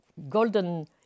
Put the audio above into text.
golden